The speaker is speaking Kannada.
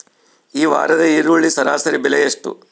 ಈ ವಾರದ ಈರುಳ್ಳಿ ಸರಾಸರಿ ಬೆಲೆ ಎಷ್ಟು?